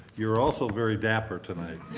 you are also very dapper tonight.